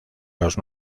los